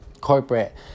corporate